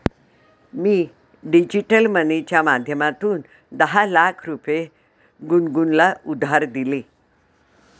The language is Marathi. मी डिजिटल मनीच्या माध्यमातून दहा लाख रुपये गुनगुनला उधार दिले